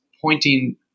pointing